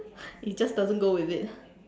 it just doesn't go with it